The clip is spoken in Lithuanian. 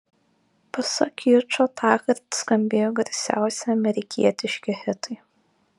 pasak jučo tąkart skambėjo garsiausi amerikietiški hitai